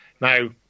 Now